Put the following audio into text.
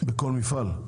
בכל מפעל.